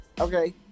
Okay